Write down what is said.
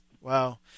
Wow